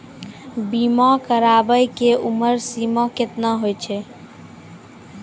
बीमा कराबै के उमर सीमा केतना होय छै?